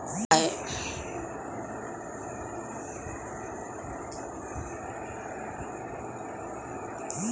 জীবন বীমার পেমেন্টের জন্য আবেদন কিভাবে করতে হয়?